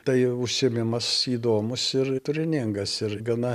tai užsiėmimas įdomūs ir turiningas ir gana